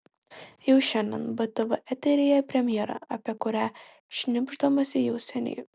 jau šiandien btv eteryje premjera apie kurią šnibždamasi jau seniai